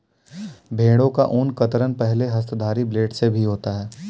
भेड़ों का ऊन कतरन पहले हस्तधारी ब्लेड से भी होता है